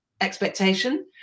expectation